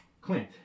Clint